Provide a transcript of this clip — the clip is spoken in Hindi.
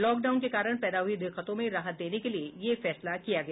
लॉकडाउन के कारण पैदा हुई दिक्कतों में राहत देने के लिए यह फैसला किया गया